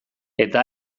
eta